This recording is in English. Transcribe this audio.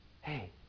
Hey